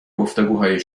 گفتگوهای